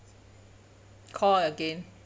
call again